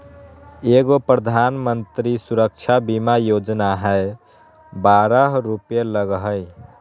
एगो प्रधानमंत्री सुरक्षा बीमा योजना है बारह रु लगहई?